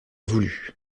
voulut